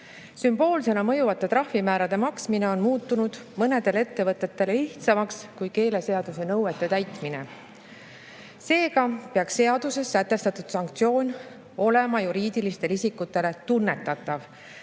Sümboolsena mõjuvate trahvimäärade maksmine on muutunud mõnedele ettevõtetele lihtsamaks kui keeleseaduse nõuete täitmine. Seega peaks seaduses sätestatud sanktsioon olema juriidilistele isikutele tunnetatav.